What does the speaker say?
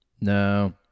No